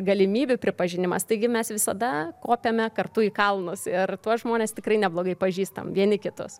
galimybių pripažinimas taigi mes visada kopiame kartu į kalnus ir tuos žmones tikrai neblogai pažįstam vieni kitus